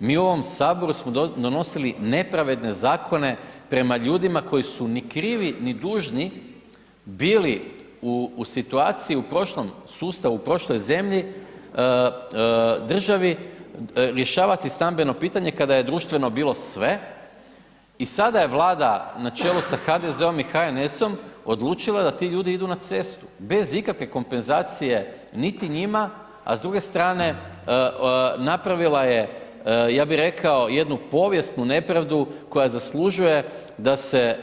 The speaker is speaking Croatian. Mi u ovom HS smo donosili nepravedne zakone prema ljudima koji su ni krivi, ni dužni bili u situaciji u prošlom sustavu, u prošloj zemlji, državi, rješavati stambeno pitanje kada je društveno bilo sve i sada je Vlada na čelu sa HDZ-om i HNS-om odlučila da ti ljudi idu na cestu bez ikakve kompenzacije, niti njima, a s druge strane napravila je, ja bi rekao jednu povijesnu nepravdu, koja zaslužuje da se